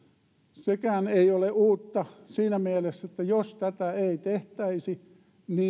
sekään ei ole uutta siinä mielessä että jos tätä ei tehtäisi